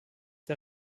der